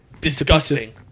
Disgusting